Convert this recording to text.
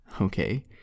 Okay